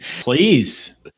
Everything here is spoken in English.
please